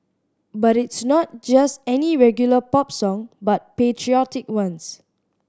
but it's not just any regular pop song but patriotic ones